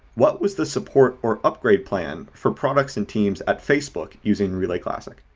what was the support or upgrade plan for products and teams at facebook using relay classic?